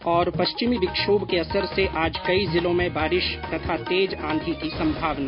्पश्चिमी विक्षोभ के असर से आज कई जिलों में बारिश तथा तेज आंधी की संभावना